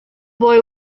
boy